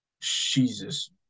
Jesus